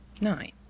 nine